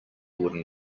wooden